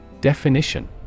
Definition